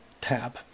tab